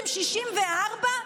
אתם 64?